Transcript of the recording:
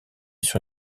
sur